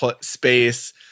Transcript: space